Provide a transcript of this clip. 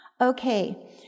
Okay